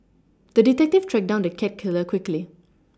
the detective tracked down the cat killer quickly